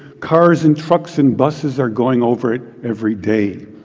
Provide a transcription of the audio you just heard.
cars, and trucks, and busses are going over it every day.